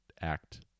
act